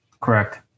Correct